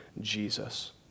Jesus